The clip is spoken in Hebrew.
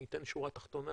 אני אתן שורה תחתונה